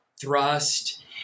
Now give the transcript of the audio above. thrust